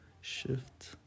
shift